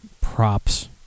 props